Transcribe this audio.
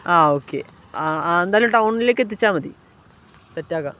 ആ ഓക്കെ ആ എന്തായാലും ടൗണിലേക്കെത്തിച്ചാൽ മതി സെറ്റക്കാം